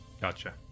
Gotcha